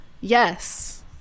yes